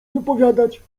wypowiadać